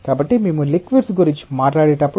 కాబట్టి మేము లిక్విడ్స్ గురించి మాట్లాడేటప్పుడు